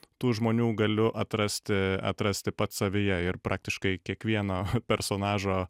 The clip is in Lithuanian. tų žmonių galiu atrasti atrasti pats savyje ir praktiškai kiekvieno personažo